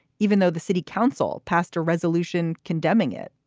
even though the city council passed a resolution condemning it.